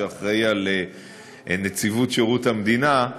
שאחראי לנציבות שירות המדינה,